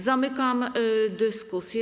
Zamykam dyskusję.